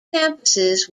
campuses